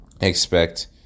expect